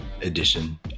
edition